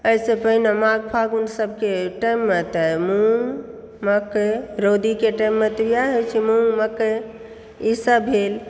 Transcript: एहिसँ पहिने माघ फागुन सभके टाइममे तऽ मूँग मकै रौदीके टाइममे तऽ इएह होयत छै मूँग मकै ईसभ भेल